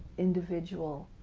individual